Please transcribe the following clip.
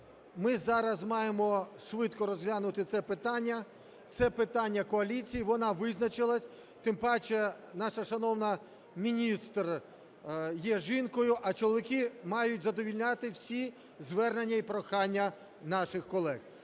Ми зараз маємо швидко розглянути це питання. Це питання коаліції, вона визначилась. Тим паче наша шановна міністр є жінкою, а чоловіки мають задовольняти всі звернення і прохання наших колег.